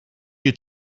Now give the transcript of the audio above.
you